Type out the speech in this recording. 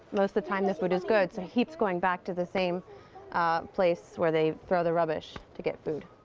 most of the time, the food is good, so he keeps going back to the same place where they throw the rubbish to get food.